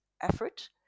effort